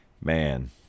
man